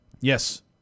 Yes